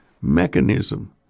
mechanism